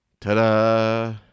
Ta-da